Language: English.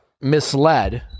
misled